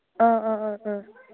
ꯑ ꯑ ꯑ ꯑ